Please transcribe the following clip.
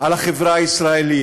על החברה הישראלית.